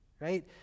right